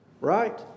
right